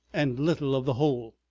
and little of the whole.